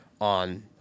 on